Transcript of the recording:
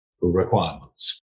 requirements